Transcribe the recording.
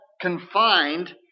confined